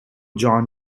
john